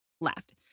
left